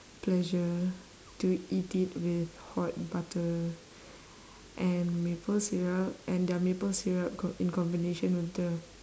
pleasure to eat it with hot butter and maple syrup and their maple syrup co~ in combination with the